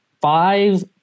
five